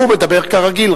הוא מדבר כרגיל.